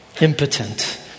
impotent